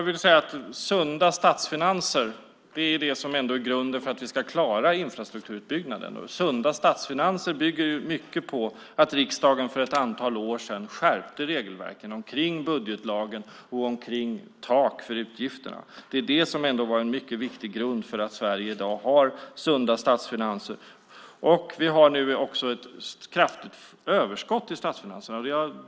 Fru talman! Sunda statsfinanser är grunden för att vi ska klara infrastrukturutbyggnaden. Sunda statsfinanser bygger på att riksdagen för ett antal år sedan skärpte regelverken om budgetlagen och om tak för utgifterna. Det var en mycket viktig grund för att Sverige i dag har sunda statsfinanser. Vi har nu också ett kraftigt överskott i statsfinanserna.